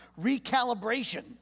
recalibration